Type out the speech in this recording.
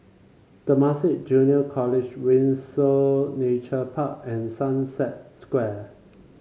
Temasek Junior College Windsor Nature Park and Sunset Square